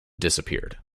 disappeared